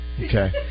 Okay